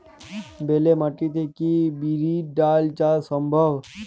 বেলে মাটিতে কি বিরির ডাল চাষ সম্ভব?